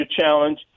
challenge